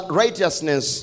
righteousness